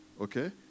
Okay